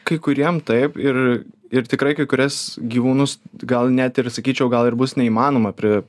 kai kuriem taip ir ir tikrai kai kurias gyvūnus gal net ir sakyčiau gal ir bus neįmanoma pri